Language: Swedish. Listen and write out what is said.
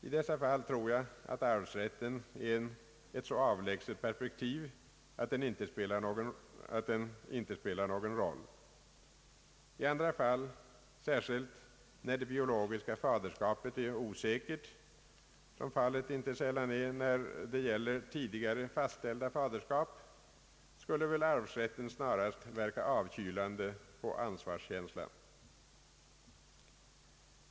I dessa fall tror jag att arvsrätten är ett så avlägset perspektiv, att den inte spelar någon roll. I andra fall, särskilt när det biologiska faderskapet är osäkert, som fallet ej sällan är när det gäller tidigare fastställda faderskap, skulle väl arvsrätten snarast verka avkylande på ansvarskänslan.